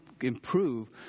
improve